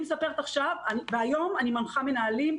היום אני מנחה מנהלים,